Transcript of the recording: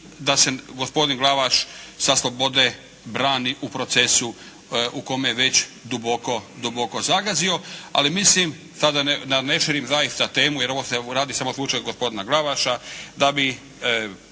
da se gospodin Glavaš sa slobode brani u procesu u kome je već duboko, duboko zagazio. Ali mislim sada da ne širim zaista temu jer ovo se radi samo o slučaju gospodina Glavaša da bi